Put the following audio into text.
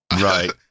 Right